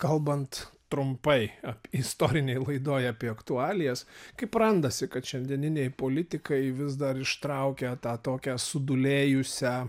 kalbant trumpai ap istorinėj laidoj apie aktualijas kaip randasi kad šiandieniniai politikai vis dar ištraukia tą tokią sudūlėjusią